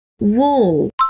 wool